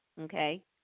Okay